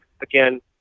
again